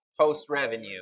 post-revenue